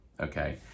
okay